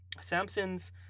Samson's